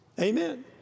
Amen